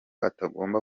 atagomba